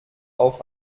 auf